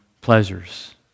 pleasures